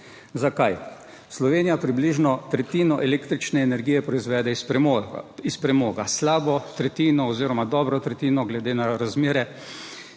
Zakaj? Slovenija približno tretjino električne energije proizvede iz premoga. Iz premoga slabo tretjino oziroma dobro tretjino. Glede na razmere